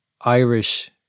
Irish